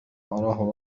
أراه